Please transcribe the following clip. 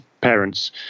parents